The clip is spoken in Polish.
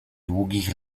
długich